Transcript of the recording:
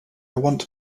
want